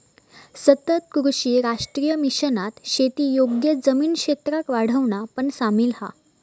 सतत कृषी राष्ट्रीय मिशनात शेती योग्य जमीन क्षेत्राक वाढवणा पण सामिल हा